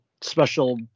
special